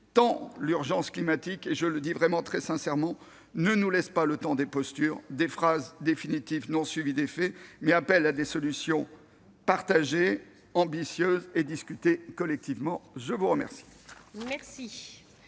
tant l'urgence climatique, je le dis très sincèrement, ne nous laisse pas le temps des postures, des phrases définitives non suivies d'effets, mais appelle à des solutions partagées ambitieuses et discutées collectivement. La parole